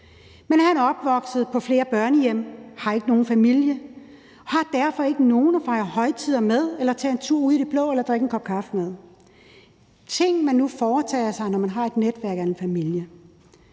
Men han er opvokset på flere børnehjem og har ikke nogen familie og har derfor ikke nogen at fejre højtider med eller tage en tur ud i det blå med eller drikke en kop kaffe med – ting, man foretager sig, når man har et netværk eller en familie.